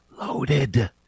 loaded